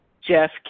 Jeff